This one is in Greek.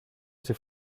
στη